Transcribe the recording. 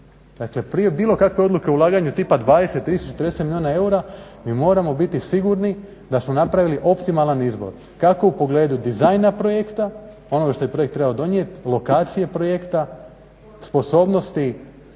Dakle prije je bilo kakve odluke o ulaganju tipa 20, 30, 40 milijuna eura mi moramo biti sigurni da smo napravili optimalan izbor kako u pogledu dizajna projekta, onoga što je projekt trebao donijet, lokacije projekta, sposobnosti